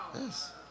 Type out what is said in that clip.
Yes